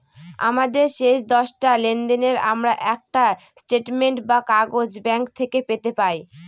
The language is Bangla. আমাদের শেষ দশটা লেনদেনের আমরা একটা স্টেটমেন্ট বা কাগজ ব্যাঙ্ক থেকে পেতে পাই